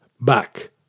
back